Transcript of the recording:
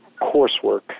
coursework